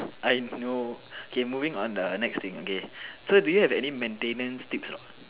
I now okay moving on the next thing okay so do you have any maintenance tips or not